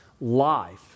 life